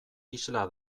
isla